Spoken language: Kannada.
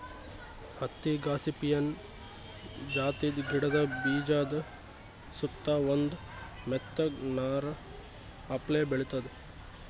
ಹತ್ತಿ ಗಾಸಿಪಿಯನ್ ಜಾತಿದ್ ಗಿಡದ ಬೀಜಾದ ಸುತ್ತಾ ಒಂದ್ ಮೆತ್ತಗ್ ನಾರ್ ಅಪ್ಲೆ ಬೆಳಿತದ್